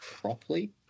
properly